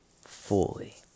fully